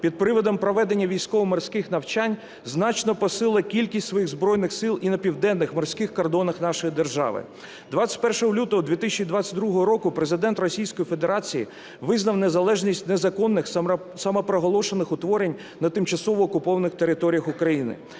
під приводом проведення військово-морських навчань, значно посилила кількість своїх Збройних Сил і на південних морських кордонах нашої держави. 21 лютого 2022 року Президент Російської Федерації визнав незалежність незаконних самопроголошених утворень на тимчасово окупованих територіях України.